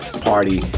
party